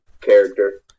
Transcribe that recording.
character